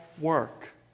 work